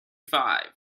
five